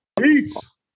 Peace